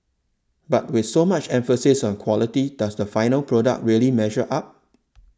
but with so much emphasis on quality does the final product really measure up